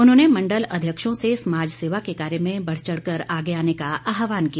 उन्होंने मंडल अध्यक्षों से समाज सेवा के कार्य में बढ़ चढ़ कर आगे आने का आह्वान किया